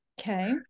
okay